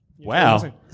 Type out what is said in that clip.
Wow